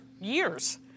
years